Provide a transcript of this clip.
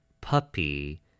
puppy